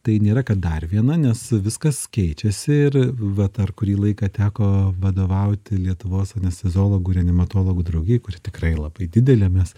tai nėra kad dar viena nes viskas keičiasi ir vat dar kurį laiką teko vadovauti lietuvos anesteziologų renimatologų draugijoj kuri tikrai labai didelė mes